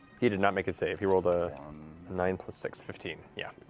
he did not make his save. he rolled a nine plus six. fifteen. yeah